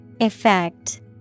Effect